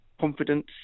confidence